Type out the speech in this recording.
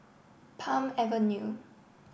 Palm Avenue